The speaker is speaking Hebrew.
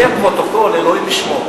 אם עוד יהיה פרוטוקול, אלוהים ישמור.